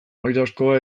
oilaskoa